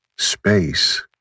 Space